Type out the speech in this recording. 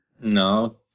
No